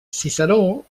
ciceró